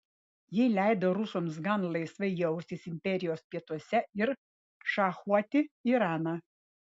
ji leido rusams gan laisvai jaustis imperijos pietuose ir šachuoti iraną